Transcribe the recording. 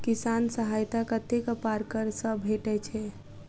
किसान सहायता कतेक पारकर सऽ भेटय छै?